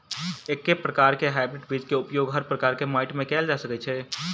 एके प्रकार केँ हाइब्रिड बीज केँ उपयोग हर प्रकार केँ माटि मे कैल जा सकय छै?